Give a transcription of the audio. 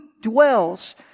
dwells